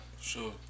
Sure